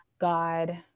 God